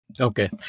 Okay